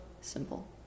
simple